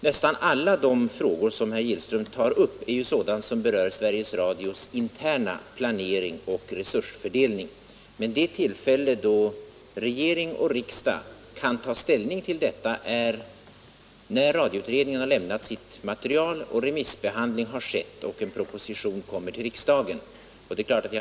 Nästan alla de frågor som herr Gillström tar upp berör Sveriges Radios interna planering och resursfördelning. Det tillfälle då regering och riksdag kan ta ställning till de frågorna är när radioutredningen har lämnat sitt material och det har remissbehandlats. Då kan en proposition läggas fram som riksdagen får ta ställning till.